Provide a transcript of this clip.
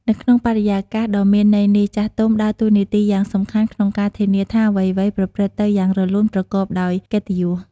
នៅក្នុងបរិយាកាសដ៏មានន័យនេះ ចាស់ទុំដើរតួនាទីយ៉ាងសំខាន់ ក្នុងការធានាថាអ្វីៗប្រព្រឹត្តទៅយ៉ាងរលូន ប្រកបដោយកិត្តិយស។